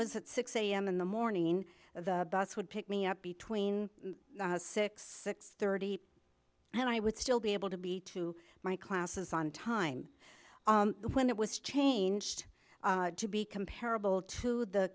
was at six am in the morning the bus would pick me up between six six thirty and i would still be able to be to my classes on time when it was changed to be comparable to the